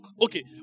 Okay